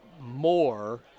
more